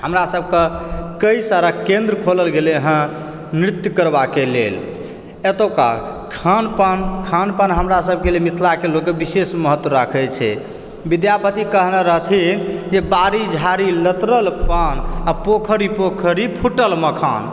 हमरा सबके कई सारा केन्द्र खोलल गेलै हँ नृत्य करबाक लेल एतुका खान पान खान पान हमरा सबके लिए मिथिलाके लोकके लेल विशेष महत्व राखै छै विद्यापति कहने रहथिन जे बारी झारी लतरल पान आ पोखरि पोखरि फूटल मखान